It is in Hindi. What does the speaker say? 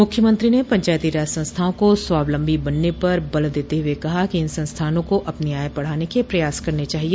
मुख्यमंत्रो ने पंचायतो राज संस्थाओं को स्वावलंबी बनने पर बल देते हुए कहा कि इन संस्थाओं को अपनी आय बढ़ाने के प्रयास करने चाहिए